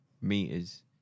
meters